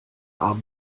arm